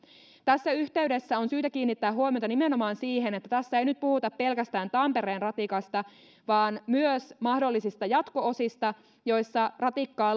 tässä yhteydessä on syytä kiinnittää huomiota nimenomaan siihen että tässä ei nyt puhuta pelkästään tampereen ratikasta vaan myös mahdollisista jatko osista joissa ratikkaa